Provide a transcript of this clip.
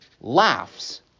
laughs